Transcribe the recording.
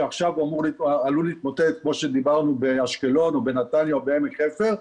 שעכשיו הוא עלול להתמוטט כמו שדיברנו באשקלון או בנתניה או בעמק חפר,